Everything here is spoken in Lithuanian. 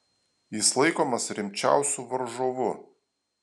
jis laikomas rimčiausiu varžovu